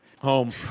home